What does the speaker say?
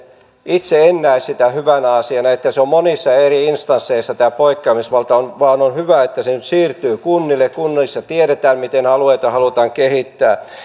itse en näe sitä hyvänä asiana että on monissa eri instansseissa tämä poikkeamisvalta vaan on hyvä että se nyt siirtyy kunnille kunnissa tiedetään miten alueita halutaan kehittää